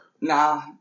nah